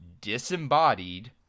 disembodied